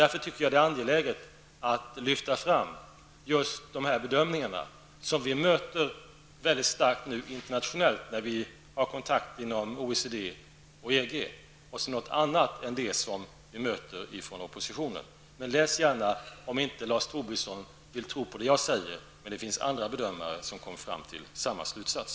Därför tycker jag att det är angeläget att lyfta fram just dessa bedömningar som vi nu möter på ett mycket starkt sätt internationellt när vi har kontakter inom OECD och EG och som är något annat än det som vi möter från oppositionen. Om Lars Tobisson inte vill tro på det som jag säger, finns det andra bedömare som kommer fram till samma slutsats.